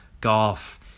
golf